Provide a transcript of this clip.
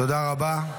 תודה רבה.